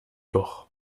doch